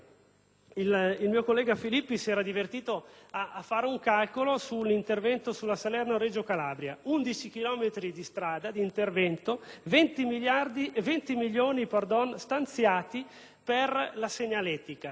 Il mio collega Filippi si era divertito a fare un calcolo sull'intervento previsto per la Salerno-Reggio Calabria: 11 chilometri di strada, 20 milioni di euro stanziati per la segnaletica.